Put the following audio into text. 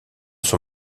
son